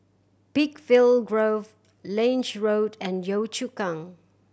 Peakville Grove Lange Road and Yio Chu Kang